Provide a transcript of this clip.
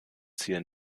ziel